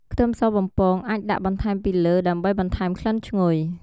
ខ្ទឹមសបំពងអាចដាក់បន្ថែមពីលើ ដើម្បីបន្ថែមក្លិនឈ្ងុយ។